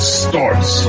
starts